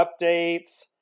updates